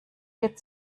geht